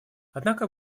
однако